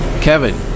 Kevin